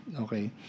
okay